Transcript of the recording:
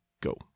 go